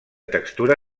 textura